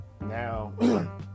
Now